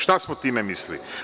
Šta smo time mislili.